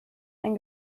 ein